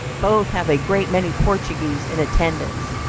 both have a great many portuguese in attendance,